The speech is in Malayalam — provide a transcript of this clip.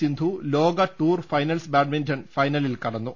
സിന്ധു ലോക ടൂർ ഫൈനൽസ് ബാഡ്മിന്റൺ ഫൈനലിൽ കടന്നു